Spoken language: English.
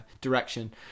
direction